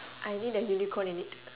I'll need a unicorn in it